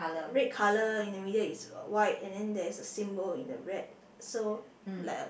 red colour in the middle is white and then there is a symbol in the red so like a